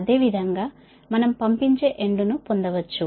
అదేవిధంగా మనం పంపించే ఎండ్ ను పొందవచ్చు